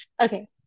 Okay